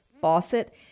faucet